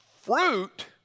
Fruit